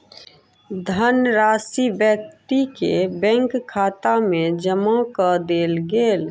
धनराशि व्यक्ति के बैंक खाता में जमा कअ देल गेल